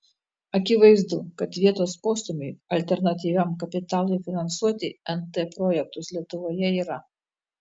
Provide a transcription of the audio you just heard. akivaizdu kad vietos postūmiui alternatyviam kapitalui finansuoti nt projektus lietuvoje yra